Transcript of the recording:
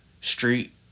street